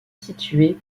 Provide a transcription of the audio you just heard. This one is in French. situé